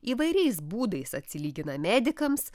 įvairiais būdais atsilygina medikams